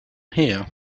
here